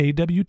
AWT